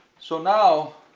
so now,